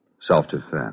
Self-defense